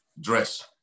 Dress